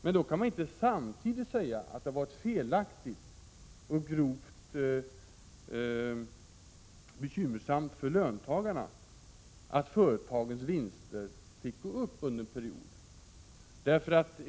Men då kan man inte samtidigt säga att det har varit felaktigt och grovt bekymmersamt för löntagarna att företagens vinster fick gå upp under en period.